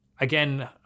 again